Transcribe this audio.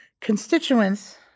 constituents